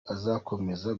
azakomeza